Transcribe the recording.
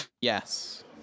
Yes